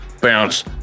Bounce